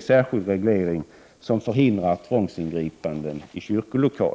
särskild reglering som förhindrar tvångsingripanden i kyrkolokaler.